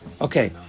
Okay